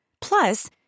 Plus